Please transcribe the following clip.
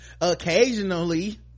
occasionally